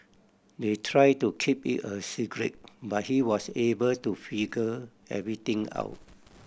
they tried to keep it a secret but he was able to figure everything out